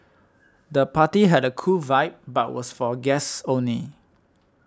the party had a cool vibe but was for guests only